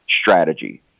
strategy